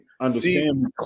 understand